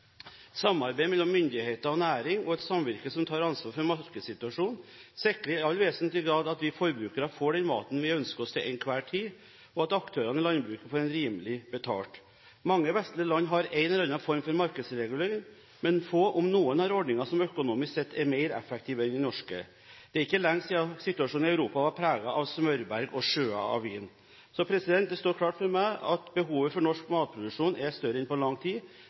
samarbeid mellom myndigheter og næring og et samvirke som tar ansvar for markedssituasjonen, sikrer i all vesentlig grad at vi forbrukere får den maten vi ønsker oss til enhver tid, og at aktørene i landbruket får rimelig betalt. Mange vestlige land har en eller annen form for markedsregulering, men få, om noen, har ordninger som økonomisk sett er mer effektive enn den norske. Det er ikke lenge siden situasjonen i Europa var preget av smørberg og sjøer av vin. Det står klart for meg at behovet for norsk matproduksjon er større enn på lang tid.